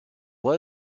let